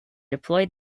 deploy